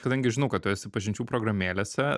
kadangi žinau kad tu esi pažinčių programėlėse